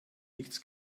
nichts